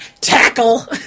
tackle